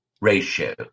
ratio